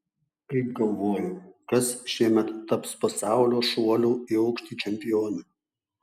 kaip galvoji kas šiemet taps pasaulio šuolių į aukštį čempione